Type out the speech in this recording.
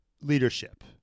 leadership